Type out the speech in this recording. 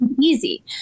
easy